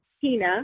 Tina